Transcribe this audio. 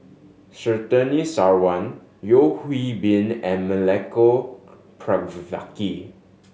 Surtini Sarwan Yeo Hwee Bin and Milenko Prvacki